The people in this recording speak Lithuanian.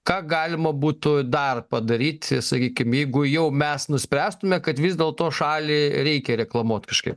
ką galima būtų dar padaryti sakykim jeigu jau mes nuspręstume kad vis dėlto šalį reikia reklamuot kažkaip